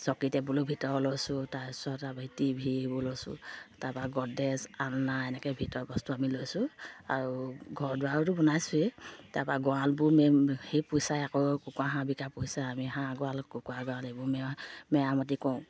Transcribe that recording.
চকী টেবুলো ভিতৰৰ লৈছোঁ তাৰপিছত তাৰপিছত টিভি এইবোৰ লৈছোঁ তাৰপা গড্ৰেজ আলনা এনেকৈ ভিতৰ বস্তু আমি লৈছোঁ আৰু ঘৰ দুৱাৰোতো বনাইছোৱেই তাৰপা গঁৰালবোৰ মে সেই পইচা আকৌ কুকুৰা হাঁহ বিকা পইচা আমি হাঁহ গঁৰাল কুকুৰা গঁৰাল এইবোৰ মে মেৰামতি কৰোঁ